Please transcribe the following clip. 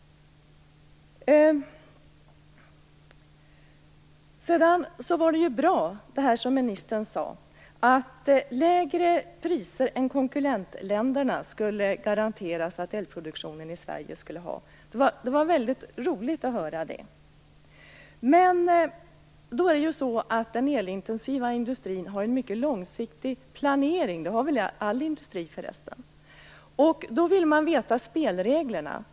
Det som ministern sade om att man skulle garantera att elproduktionen i Sverige skulle ha lägre priser än konkurrentländerna var bra. Det var roligt att höra det. Men den elintensiva industrin har ju en mycket långsiktig planering, och det har väl förresten all industri. Då vill man veta spelreglerna.